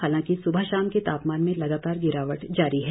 हालांकि सुबह शाम के तापमान में लगातार गिरावट जारी है